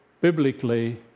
Biblically